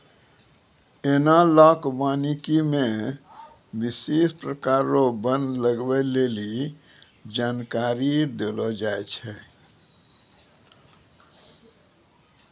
एनालाँक वानिकी मे विशेष प्रकार रो वन लगबै लेली जानकारी देलो जाय छै